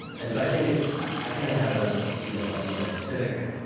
and so i think i kind of have a you know ah you know civic